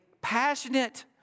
passionate